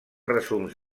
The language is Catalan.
resums